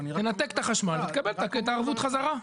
תנתק את החשמל ותקבל את הערבות חזרה.